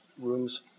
rooms